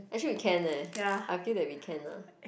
actually we can eh I feel that we can lah